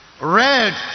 Red